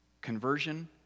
Conversion